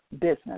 business